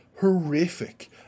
horrific